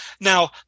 Now